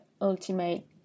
ultimate